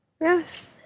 yes